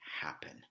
happen